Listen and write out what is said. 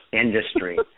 industry